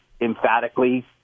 emphatically